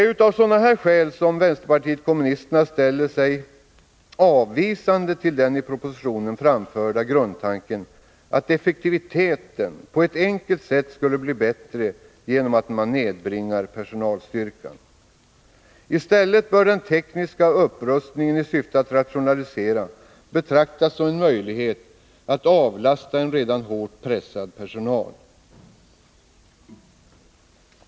a. av dessa skäl ställer sig vpk avvisande till den i propositionen framförda grundtanken att effektiviteten på ett enkelt sätt skulle bli bättre genom att personalstyrkan nedbringades. I stället bör den tekniska upprustningen i syfte att rationalisera betraktas som en möjlighet att avlasta en redan hårt pressad personal.